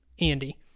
andy